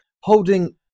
holding